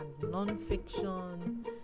non-fiction